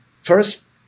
First